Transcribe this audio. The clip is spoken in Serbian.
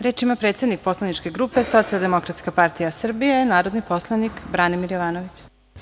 Reč ima predsednik poslaničke grupe Socijaldemokratska partija Srbije, narodni poslanik Branimir Jovanović.